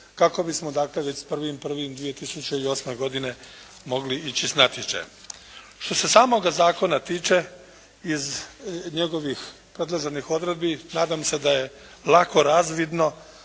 kako bismo dakle već s 1.1.2008. godine mogli ići s natječajem. Što se samoga zakona tiče iz njegovih predloženih odredbi nadam se da je lako razvidno